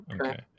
Okay